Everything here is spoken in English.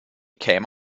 came